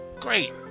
great